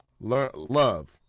love